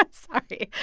ah sorry.